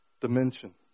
dimension